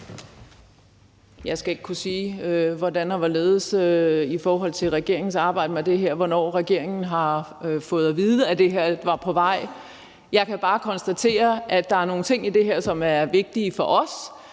Jeg skal ikke kunne sige, hvordan og hvorledes i forhold til regeringens arbejde med det her, altså hvornår regeringen har fået at vide, at det her var på vej. Jeg kan bare konstatere, at der er nogle ting i det her, som er vigtige for os